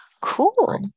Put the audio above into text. Cool